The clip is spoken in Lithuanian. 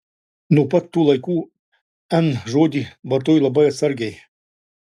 nuo pat tų laikų n žodį vartoju labai atsargiai